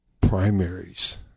primaries